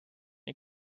nii